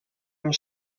amb